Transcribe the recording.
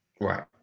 right